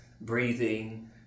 breathing